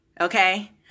okay